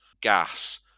gas